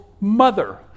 mother